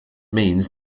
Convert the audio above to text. means